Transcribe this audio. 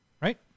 Right